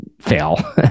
fail